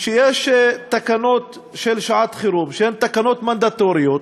שיש תקנות לשעת-חירום, שהן תקנות מנדטוריות,